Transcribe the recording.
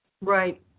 Right